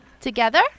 Together